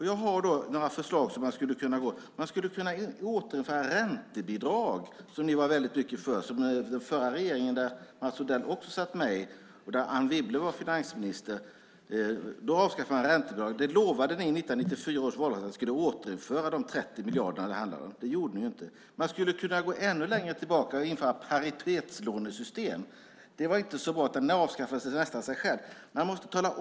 Jag har några förslag. Man skulle kunna återinföra räntebidraget. Det var ni mycket för. Den förra regeringen som Mats Odell också var med i och där Anne Wibble var finansminister avskaffade räntebidraget. I 1994 års valrörelse lovade ni att ni skulle återinföra de 30 miljarderna. Det gjorde ni inte. Man skulle kunna titta ännu längre tillbaka och införa paritetslånesystem. Det var inte så bra. Det avskaffade nästan sig självt.